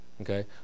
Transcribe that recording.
okay